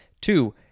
Two